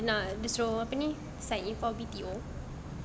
uh dia nak dia suruh apa ni sign in for B_T_O